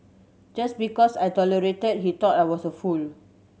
just because I tolerated he thought I was a fool